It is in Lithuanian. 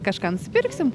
kažką nusipirksim